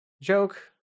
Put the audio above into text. joke